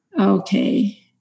okay